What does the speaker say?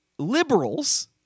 Liberals